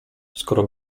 skoro